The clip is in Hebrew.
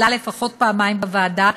עלה לפחות פעמיים בוועדה,